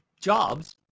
jobs